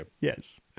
Yes